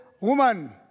woman